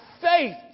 faith